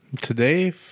Today